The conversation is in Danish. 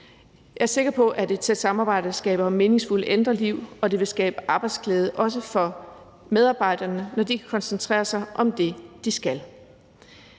Jeg er sikker på, at et tæt samarbejde skaber meningsfulde ældreliv, og at det vil skabe arbejdsglæde også for medarbejderne, når de kan koncentrere sig om det, de skal.